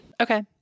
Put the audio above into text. Okay